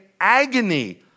agony